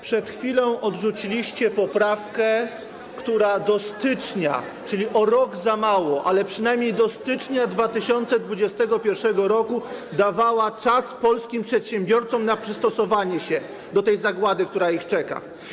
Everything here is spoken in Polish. Przed chwilą odrzuciliście poprawkę, która do stycznia, czyli o rok za mało, ale przynajmniej do stycznia 2021 r. dawała czas polskim przedsiębiorcom na przystosowanie się do tej zagłady, która ich czeka.